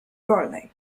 wolnej